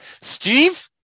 Steve